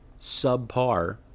subpar